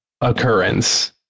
occurrence